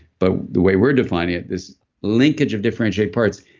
but the way we're defining it, this linkage of differentiated parts.